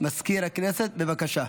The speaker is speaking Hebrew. מזכיר הכנסת, בבקשה.